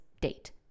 date